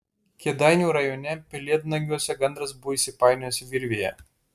kėdainių rajone pelėdnagiuose gandras buvo įsipainiojęs virvėje